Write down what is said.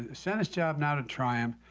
ah senate's job now to try and.